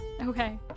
Okay